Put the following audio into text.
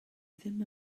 ddim